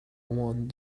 want